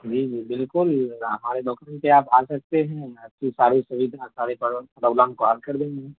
جی جی بالکل ہماری دکان پہ آپ آ سکتے ہیں آپ کی ساری سویدھا ساری پرابلم سولو کر دیں گے